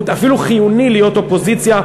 אפילו חיוני להיות אופוזיציה,